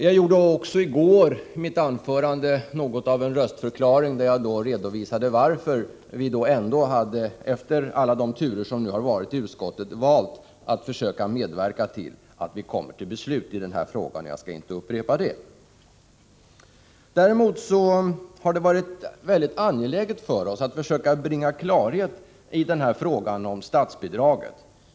Jag gjorde i går i mitt anförande något av en röstförklaring, när jag redovisade att vi, efter alla de turer som förekommit i utskottet, ändå hade valt att försöka medverka till att riksdagen kommer till beslut i den här frågan, och jag skall inte upprepa detta. Däremot vill jag säga att vi ansett det väldigt angeläget att bringa klarhet i frågan om statsbidraget.